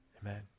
Amen